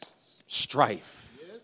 strife